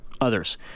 others